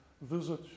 visit